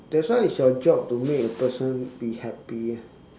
that's why it's your job to make a person be happy